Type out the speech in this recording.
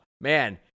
Man